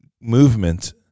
movement